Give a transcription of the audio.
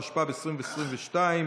התשפ"ב 2022,